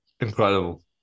Incredible